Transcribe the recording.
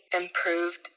improved